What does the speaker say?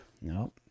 No